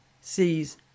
sees